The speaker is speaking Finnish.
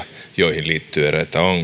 joihin liittyy eräitä ongelmia